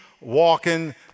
walking